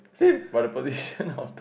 but the position of the